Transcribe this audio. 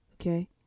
okay